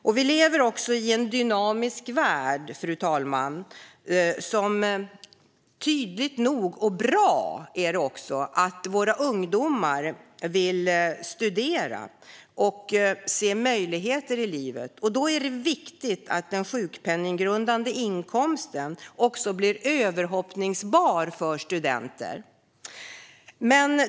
Vi lever i en dynamisk värld, fru talman, där våra ungdomar vill studera och ser möjligheter i livet. Det är bra, och därför är det viktigt att den sjukpenninggrundande inkomsten blir överhoppningsbar för studenter.